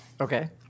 Okay